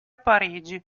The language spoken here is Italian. parigi